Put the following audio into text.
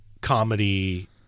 comedy